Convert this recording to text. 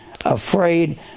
afraid